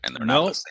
No